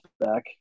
back